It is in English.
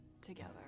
together